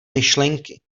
myšlenky